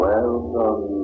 Welcome